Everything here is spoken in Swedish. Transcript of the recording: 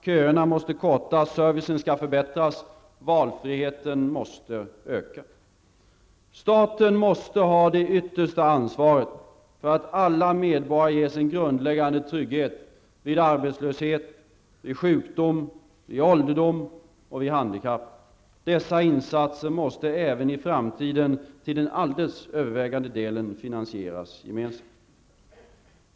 Köerna måste kortas. Servicen skall förbättras. Valfriheten måste öka. Staten måste ha det yttersta ansvaret för att alla medborgare ges en grundläggande trygghet vid arbetslöshet, sjukdom, ålderdom och handikapp. Dessa insatser måste även i framtiden till den alldeles övervägande delen finansieras gemensamt.